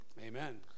Amen